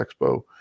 Expo